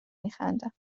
میخندم